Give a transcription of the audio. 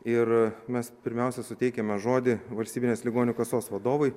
ir mes pirmiausia suteikiame žodį valstybinės ligonių kasos vadovui